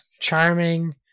charming